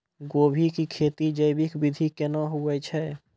गोभी की खेती जैविक विधि केना हुए छ?